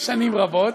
שנים רבות,